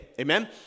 Amen